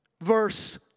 verse